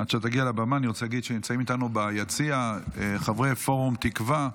עד שתגיע לבמה אני רוצה להגיד שנמצאים איתנו ביציע חברי פורום תקווה,